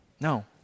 No